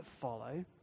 follow